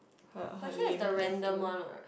her her lame tattoo